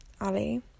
Ali